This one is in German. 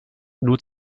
nur